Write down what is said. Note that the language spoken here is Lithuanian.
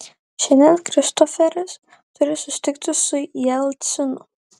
šiandien kristoferis turi susitikti su jelcinu